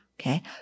Okay